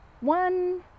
one